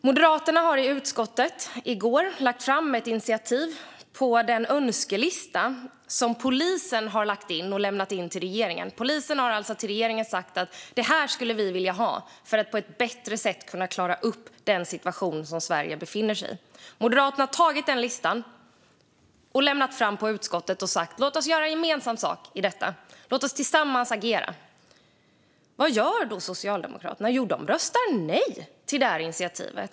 Moderaterna lade i går fram ett initiativ i utskottet om den önskelista som polisen har lämnat in till regeringen. Polisen har alltså till regeringen sagt: Det här skulle vi vilja ha för att på ett bättre sätt kunna klara upp den situation som Sverige befinner sig i. Moderaterna har tagit den listan, lagt fram den i utskottet och sagt: Låt oss göra gemensam sak i detta! Låt oss tillsammans agera! Vad gör då Socialdemokraterna? Jo, de röstar nej till det här initiativet.